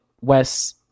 Wes